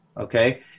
Okay